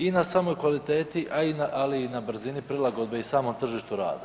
I na samoj kvaliteti, ali i na brzini prilagodbe i samom tržištu rada.